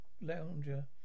lounger